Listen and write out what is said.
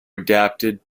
adapted